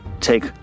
take